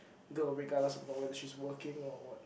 girl regardless of not whether she's working or what